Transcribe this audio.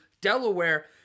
Delaware